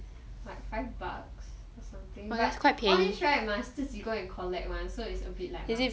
like five bucks or something but all these right must 自己 go collect [one] so it's a bit like 麻烦